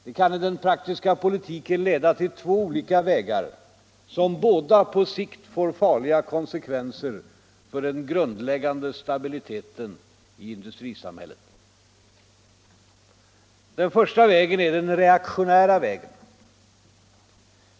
Det kan i den praktiska politiken leda till två olika vägar som båda på sikt får farliga konsekvenser för den grundläggande stabiliteten i industrisamhället. Den första vägen är den reaktionära vägen.